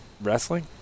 wrestling